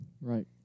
Right